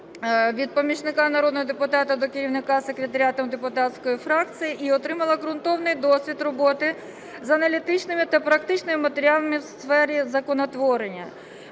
від помічника народного депутата до керівника секретаріату депутатської фракції і отримала ґрунтовний досвід роботи з аналітичними та практичними матеріалами у сфері законотворення.